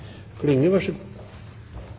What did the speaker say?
– Vær så god.